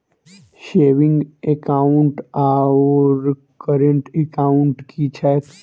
Saving account आओर current account की छैक?